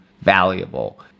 valuable